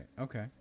Okay